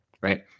right